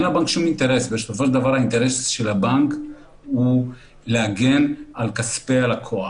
בסופו של דבר האינטרס של הבנק הוא להגן על כספי הלקוח,